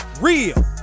Real